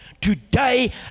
today